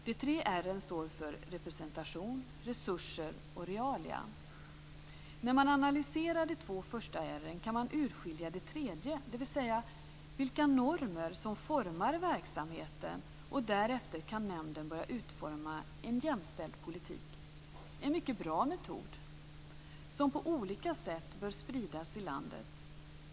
De tre R:n står för representation, resurser och realia. När man analyserar de två första R:en kan man urskilja det tredje, dvs. vilka normer som formar verksamheten. Därefter kan nämnden börja utforma en jämställd politik. Det är en mycket bra metod som på olika sätt bör spridas i landet.